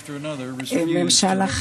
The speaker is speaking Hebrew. ישראל.